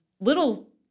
little